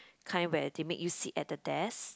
kind where they make you sit at the desk